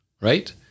right